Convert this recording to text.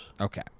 Okay